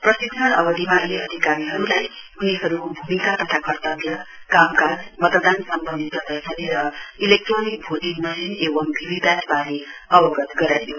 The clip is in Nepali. प्रशिक्षण अवधिमा यी अधिकारीहरुलाई उनीहरुको भूमिका तथा कर्तव्य कामकाज र मतदान सम्वन्धी प्रदर्शनी र इलेक्ट्रोनिक भोटिङ मशिन एंवम भिभि पेट वारे अवगत गराइयो